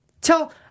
tell